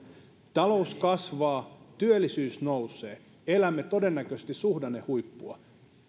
talous kasvaa työllisyys nousee elämme todennäköisesti suhdannehuippua